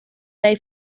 bei